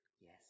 Yes